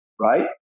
right